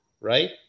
right